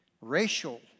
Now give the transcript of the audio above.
racial